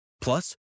Plus